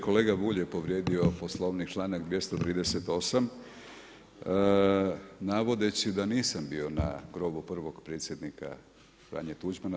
Kolega Bulj je povrijedio poslovnik članak 238. navodeći da nisam bio na grobu prvog predsjednika Franje Bulj.